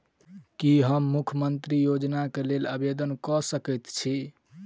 की हम मुख्यमंत्री योजना केँ लेल आवेदन कऽ सकैत छी?